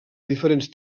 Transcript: diferents